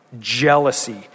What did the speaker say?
jealousy